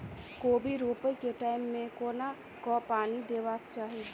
कोबी रोपय केँ टायम मे कोना कऽ पानि देबाक चही?